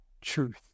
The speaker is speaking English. truth